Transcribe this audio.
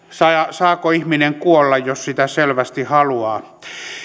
saako ihminen kuolla jos sitä selvästi haluaa